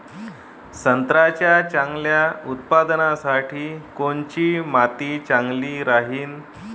संत्र्याच्या चांगल्या उत्पन्नासाठी कोनची माती चांगली राहिनं?